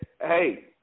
Hey